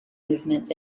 movements